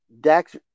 Dax